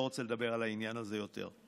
לא רוצה לדבר על העניין הזה יותר.